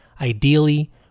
ideally